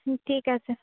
ঠিক আছে